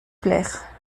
plaire